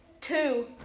two